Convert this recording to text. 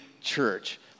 church